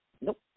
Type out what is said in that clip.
nope